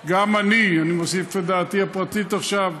גם אני, אני מוסיף את דעתי הפרטית עכשיו,